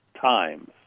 times